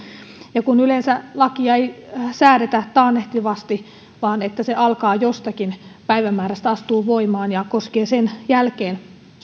kun yleensä lakia ei säädetä taannehtivasti vaan se jostakin päivämäärästä astuu voimaan ja koskee sen jälkeen